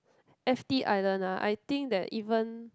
F_t-Island lah I think that even